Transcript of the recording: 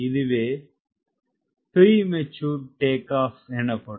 இதுவே premature take off எனப்படும்